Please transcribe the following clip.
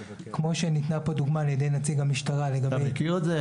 כמו שניתנה פה דוגמה על ידי נציג המשטרה לגבי --- אתה מכיר את זה,